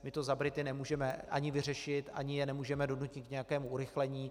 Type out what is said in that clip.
My to za Brity nemůžeme ani vyřešit, ani je nemůžeme donutit k nějakému urychlení.